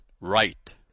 right